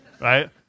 right